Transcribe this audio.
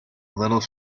little